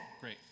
Great